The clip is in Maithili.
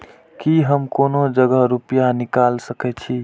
की हम कोनो जगह रूपया निकाल सके छी?